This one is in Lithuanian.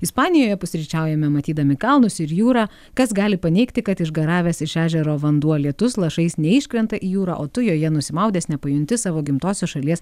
ispanijoje pusryčiaujame matydami kalnus ir jūrą kas gali paneigti kad išgaravęs iš ežero vanduo lietus lašais neiškrenta į jūrą o tu joje nusimaudęs nepajunti savo gimtosios šalies